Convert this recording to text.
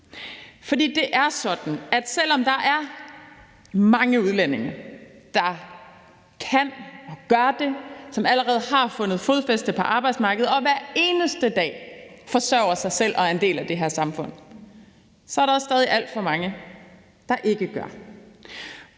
For det er sådan, at selv om der er mange udlændinge, der kan og gør det, og som allerede har fundet fodfæste på arbejdsmarkedet og hver eneste dag forsørger sig selv og er en del af det her samfund, er der stadig alt for mange, der ikke gør